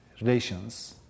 relations